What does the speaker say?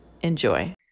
Enjoy